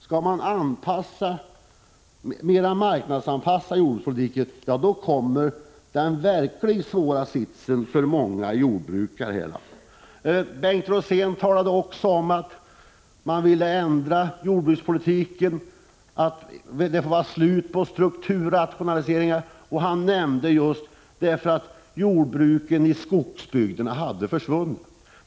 Om man skall marknadsanpassa jordbrukspolitiken ytterligare, då får många 123 jordbrukare i det här landet en verkligt svår ”sits”. Bengt Rosén talade också om att man måste ändra jordbrukspolitiken så att det blev slut på strukturrationaliseringarna, och han pekade på att jordbruket i skogsbygderna hade försvunnit.